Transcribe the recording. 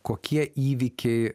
kokie įvykiai